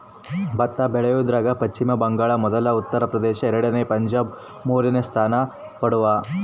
ಭತ್ತ ಬೆಳಿಯೋದ್ರಾಗ ಪಚ್ಚಿಮ ಬಂಗಾಳ ಮೊದಲ ಉತ್ತರ ಪ್ರದೇಶ ಎರಡನೇ ಪಂಜಾಬ್ ಮೂರನೇ ಸ್ಥಾನ ಪಡ್ದವ